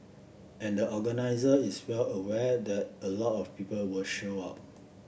and the organiser is well aware that a lot of people will show up